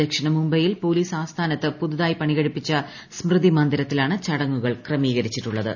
ദക്ഷിണ മുംബൈയിൽ പോലീസ് ആസ്ഥാനത്ത് പുതുതായി പണികഴിപ്പിച്ച സ്മൃതി മന്ദിരത്തിലാണ് ചടങ്ങുകൾ ക്രമീകരിച്ചിട്ടുള്ളത്